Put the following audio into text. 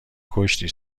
کشتی